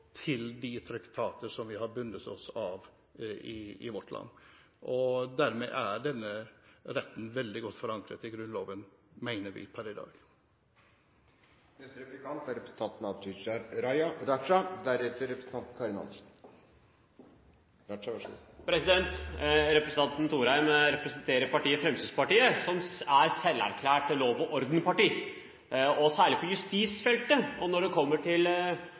til de traktater vårt land er bundet av. Dermed mener vi at denne retten er veldig godt forankret i Grunnloven per i dag. Representanten Thorheim representerer Fremskrittspartiet som er et selverklært lov-og-orden-parti. Særlig på justisfeltet og når man kommer til